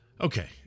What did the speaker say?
Okay